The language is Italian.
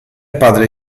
padre